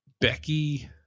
Becky